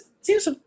seems